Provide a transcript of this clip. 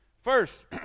First